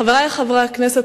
חברי חברי הכנסת,